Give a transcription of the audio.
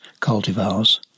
cultivars